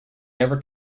never